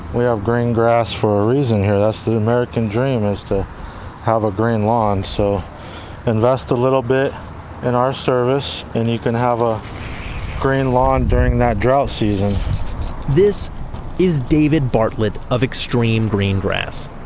we have ah green grass for a reason here. that's the american dream is to have a green lawn so invest a little bit in our service and you can have a green lawn during that drought season this is david bartlett of xtreme green grass.